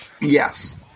Yes